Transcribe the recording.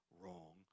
wrong